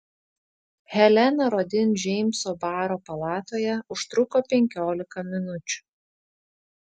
helena rodin džeimso baro palatoje užtruko penkiolika minučių